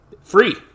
free